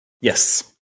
Yes